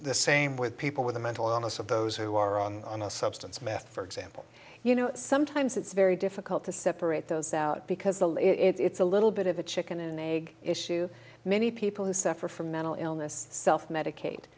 the same with people with mental illness of those who are on the substance meth for example you know sometimes it's very difficult to separate those out because the it's a little bit of a chicken and egg issue many people who suffer from mental illness self medicate